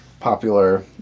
popular